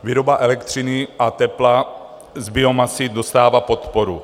Výroba elektřiny a tepla z biomasy dostává podporu.